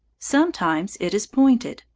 sometimes it is pointed,